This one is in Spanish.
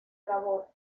labor